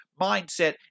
mindset